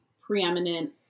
preeminent